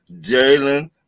Jalen